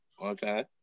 Okay